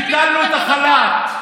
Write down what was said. ביטלנו את החל"ת,